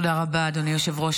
תודה רבה, אדוני יושב-ראש